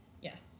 Yes